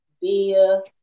Beer